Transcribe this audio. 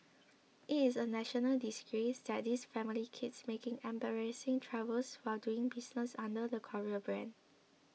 it is a national disgrace that this family keeps making embarrassing troubles while doing business under the Korea brand